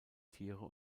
tiere